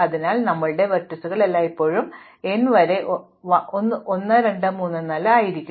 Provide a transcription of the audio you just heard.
അതിനാൽ ഞങ്ങളുടെ വെർട്ടീസുകൾ എല്ലായ്പ്പോഴും n വരെ 1 2 3 4 ആയിരിക്കും